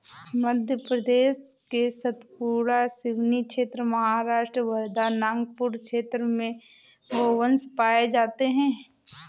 मध्य प्रदेश के सतपुड़ा, सिवनी क्षेत्र, महाराष्ट्र वर्धा, नागपुर क्षेत्र में गोवंश पाये जाते हैं